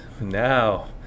Now